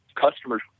customers